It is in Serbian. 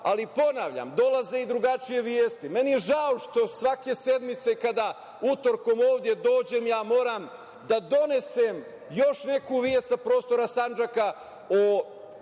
ali, ponavljam, dolaze i drugačije vesti. Meni je žao što svake sedmice kada utorkom ovde dođem ja moram da donesem još neku vest sa prostora Sandžaka o